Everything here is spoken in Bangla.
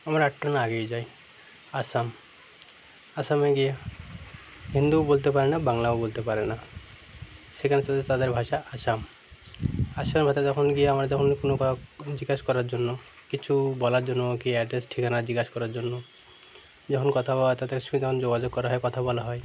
আমরা আটটা না আগেই যাই আসাম আসামে গিয়ে হিন্দুও বলতে পারে না বাংলাও বলতে পারে না সেখান সাথে তাদের ভাষা আসাম আসামের ভাষা তখন গিয়ে আমরা যখন কোনো জিজ্ঞেস করার জন্য কিছু বলার জন্য কি অ্যাড্রেস ঠিকানা জিজ্ঞেস করার জন্য যখন কথা বলা হয় তাদের সঙ্গ যখন যোগাযোগ করা হয় কথা বলা হয়